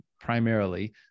primarily